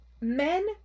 Men